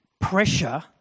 pressure